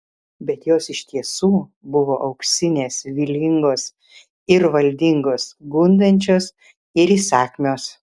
bet jos iš tiesų buvo auksinės vylingos ir valdingos gundančios ir įsakmios